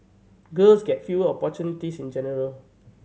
girls get fewer opportunities in general